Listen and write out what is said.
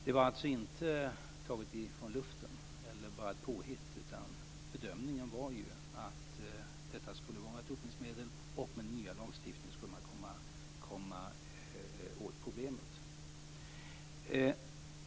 Det var alltså inte taget ur luften eller bara ett påhitt, utan bedömningen var att detta skulle vara ett dopningsmedel och med den nya lagstiftningen skulle man komma åt problemet.